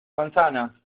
manzanas